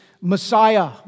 Messiah